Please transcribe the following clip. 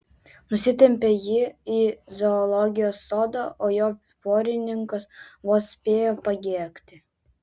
nusitempė jį į zoologijos sodą o jo porininkas vos spėjo pabėgti